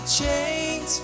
chains